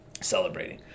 celebrating